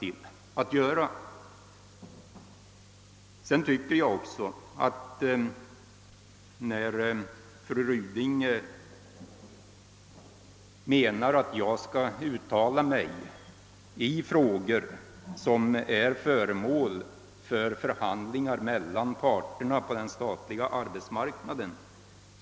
Fru Ryding anser att jag skall uttala mig i frågor som är föremål för förhandlingar mellan parterna på den statliga arbetsmarknaden.